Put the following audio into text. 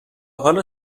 حالا